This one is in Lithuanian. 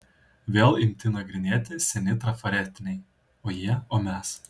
vėl imti nagrinėti seni trafaretiniai o jie o mes